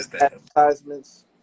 advertisements